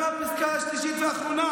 גם בפסקה השלישית והאחרונה,